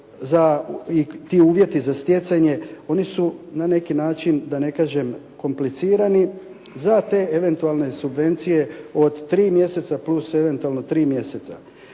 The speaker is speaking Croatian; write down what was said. i ti uvjeti za stjecanje, oni su na neki način da ne kažem komplicirani za te eventualne subvencije od 3 mjeseca plus eventualno 3 mjeseca.